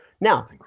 Now